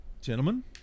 Gentlemen